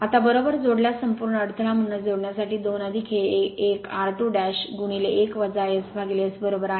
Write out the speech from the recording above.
आता बरोबर जोडल्यास संपूर्ण अडथळा म्हणूनच हे जोडण्यासाठी 2 हे एक r2 1 SS बरोबर आहे